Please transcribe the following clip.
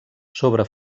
sobre